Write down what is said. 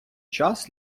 час